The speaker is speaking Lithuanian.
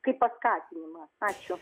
kaip paskatinimą ačiū